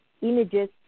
images